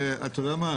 אתה יודע מה?